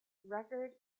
record